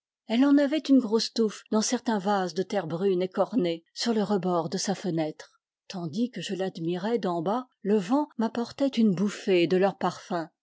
elle en avait une grosse touffe dans certain vase de terre brune écorné sur le rebord de sa fenêtre tandis que je l'admirais d'en bas le vent m'apportait une bouffée de leur parfum